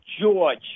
George